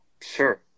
sure